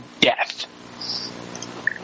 death